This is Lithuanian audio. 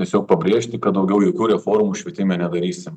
tiesiog pabrėžti kad daugiau jokių reformų švietime nedarysim